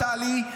טלי,